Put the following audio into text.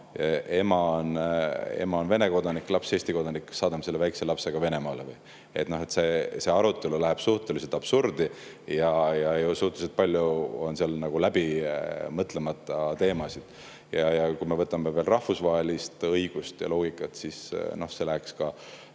ema on Vene kodanik ja laps Eesti kodanik, kas saadame selle väikese lapse ka Venemaale või. See arutelu läheb suhteliselt absurdi ja suhteliselt palju on seal läbimõtlemata teemasid. Ja kui me võtame veel rahvusvahelise õiguse ja selle loogika, siis see läheks ka